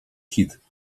hit